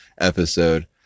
episode